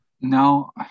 No